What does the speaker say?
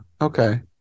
okay